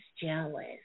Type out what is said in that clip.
jealous